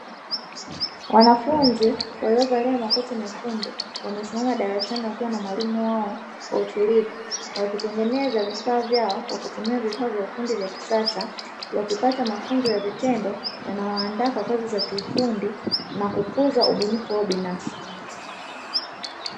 Wanafunzi waliovalia makoti mekundu, wamesimama darasani wakiwa na mwalimu wao kwa utulivu, wakitengeneza vifaa vyao kwa kutumia vifaa vya ufundi vya kisasa, wakipata mafunzo ya vitendo yanayowaanda kwa kazi za kiufundi na kukuza ubunifu wao binafsi.